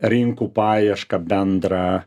rinkų paiešką bendrą